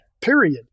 period